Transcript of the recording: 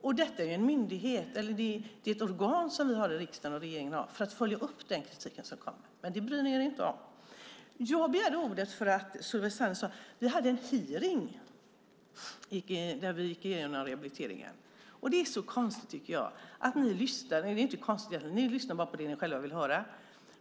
Men detta är ju ett organ som vi har i riksdagen och regeringen för att följa upp den kritik som kommer. Men det bryr ni er inte om. Jag begärde ordet för att Solveig Zander talade om att vi hade en hearing där vi gick igenom rehabiliteringen. Det är så konstigt, tycker jag. Ni lyssnar bara på det ni själva vill höra.